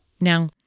Now